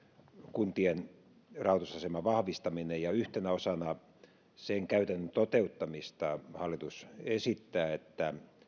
kuntien rahoitusaseman vahvistaminen ja yhtenä osana sen käytännön toteuttamista hallitus esittää että